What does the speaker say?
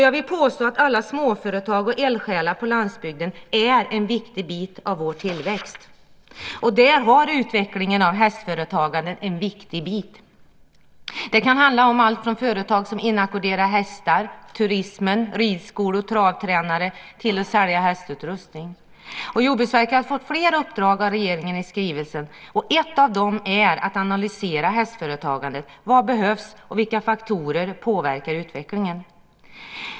Jag vill påstå att alla småföretag och eldsjälar på landsbygden är en viktig bit av vår tillväxt. Där är utvecklingen av hästföretagandet en viktig bit. Det kan handla om allt från företag som inackorderar hästar, turismen, ridskolor, travtränare till att sälja hästutrustning. Jordbruksverket har fått flera uppdrag av regeringen i skrivelsen. Ett av dem är att analysera hästföretagandet. Vad behövs, och vilka faktorer påverkar utvecklingen?